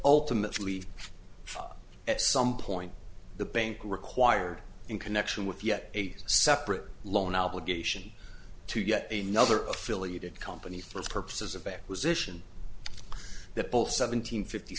ultimately at some point the bank required in connection with yet a separate loan obligation to get a nother affiliated company for purposes of acquisition that ball seven